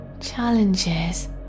Challenges